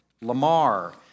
Lamar